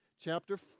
Chapter